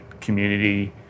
community